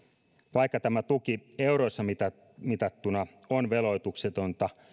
vaikka tämä tuki euroissa mitattuna on veloituksetonta